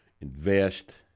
invest